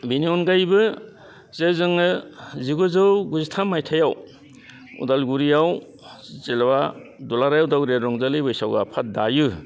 बिनि अनगायैबो जे जोङो जिगुजौ गुजिथाम मायथाइयाव उदालगुरियाव जेब्ला दुलाराय उदालगुरिया रंजालि बैसागु आफाद दायो